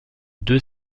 deux